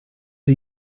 are